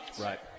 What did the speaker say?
Right